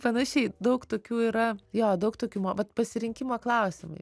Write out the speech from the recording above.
panašiai daug tokių yra jo daug tokių vat pasirinkimo klausimai